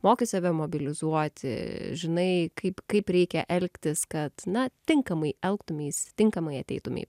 moki save mobilizuoti žinai kaip kaip reikia elgtis kad na tinkamai elgtumeis tinkamai ateitumei